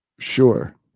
Sure